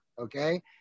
okay